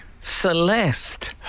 Celeste